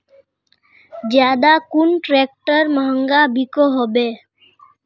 ज्यादा कुन ट्रैक्टर महंगा बिको होबे?